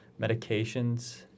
medications